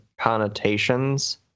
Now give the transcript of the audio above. connotations